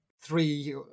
three